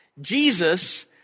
Jesus